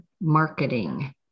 marketing